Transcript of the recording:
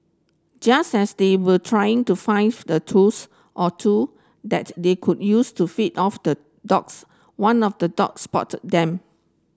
just as they were trying to find the tools or two that they could use to fed off the dogs one of the dogs spotted them